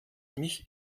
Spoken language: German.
mich